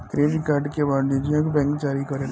credit card के वाणिजयक bank जारी करेला